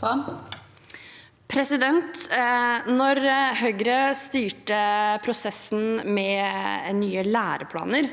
Da Høy- re styrte prosessen med nye læreplaner,